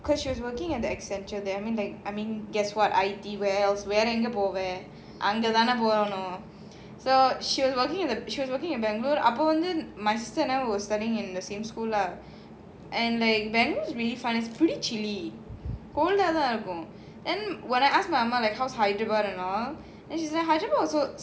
cause she was working at the ex central there I mean like I mean guess what I_T வேறஎங்கபோவேன்அங்கதானேபோகணும்:vera enga poven angathane poganum so she was working in the she was working in bangalore அபோவந்து:apo vandhu my sister and I were studying in the same school lah and like bangalore is pretty chilly then when I ask my mom how's hyderabad and all then she say hyderabad also